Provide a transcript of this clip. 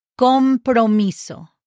Compromiso